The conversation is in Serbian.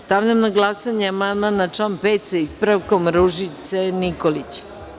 Stavljam na glasanje amandman na član 5, sa ispravkom, Ružice Nikolić.